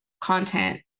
content